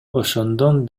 ошондон